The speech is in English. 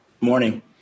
Morning